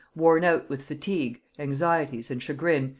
worn out with fatigue, anxieties, and chagrin,